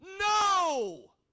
No